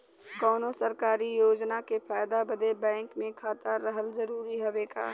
कौनो सरकारी योजना के फायदा बदे बैंक मे खाता रहल जरूरी हवे का?